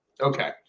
okay